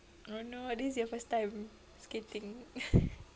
oh no this is your first time skating